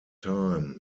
time